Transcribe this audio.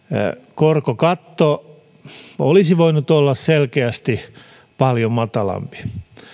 korkokatto olisi voinut olla selkeästi paljon matalampi